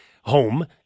home